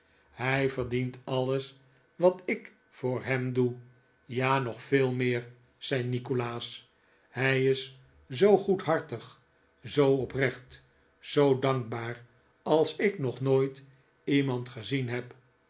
hij verdient alles wat ik voor hem doe ja nog veel meer zei nikolaas hij is zoo goedhartig zoo oprecht en zoo dankbaar als ik nog nooit iemand gezien heb